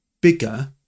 bigger